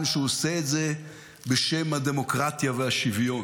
שהוא עושה את זה בשם הדמוקרטיה והשוויון,